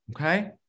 okay